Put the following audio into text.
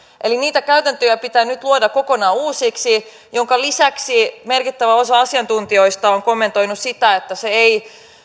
eli niitä käytäntöjä pitää nyt luoda kokonaan uusiksi minkä lisäksi merkittävä osa asiantuntijoista on kommentoinut sitä että se ei